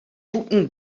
bûten